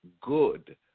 good